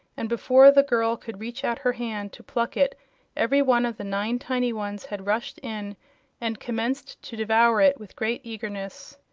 and before the girl could reach out her hand to pluck it every one of the nine tiny ones had rushed in and commenced to devour it with great eagerness.